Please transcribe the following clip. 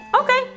Okay